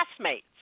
classmates